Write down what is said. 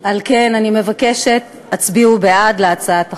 על כן אני מבקשת, הצביעו בעד הצעת החוק.